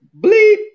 bleep